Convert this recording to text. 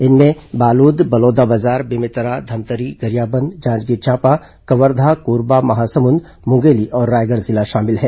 इनमें बालोद बलौदाबाजार बेमेतरा धमतरी गरियाबंद जांजगीर चांपा कवर्धा कोरबा महासमुंद मुंगेली और रायगढ़ जिला शामिल हैं